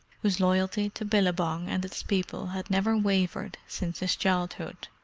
whose loyalty to billabong and its people had never wavered since his childhood.